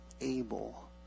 able